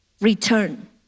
Return